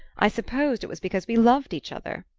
i supposed it was because we loved each other.